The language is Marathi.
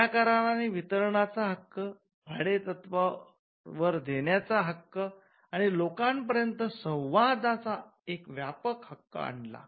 या कराराने वितरणाचा हक्क भाडे तत्ववर देण्याचा हक्क आणि लोकांपर्यत संवादाचा एक व्यापक हक्क आणला